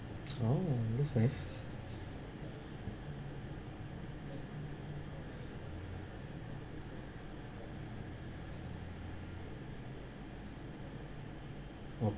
oh that's nice oh